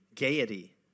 Gaiety